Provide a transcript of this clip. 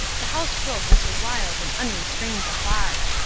the house broke into wild and unrestrained applause.